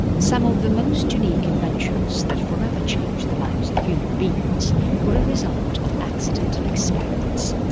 some of the most unique inventions that forever changed the lives of human beings were a result of accidental experiments.